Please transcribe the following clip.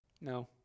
No